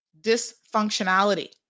dysfunctionality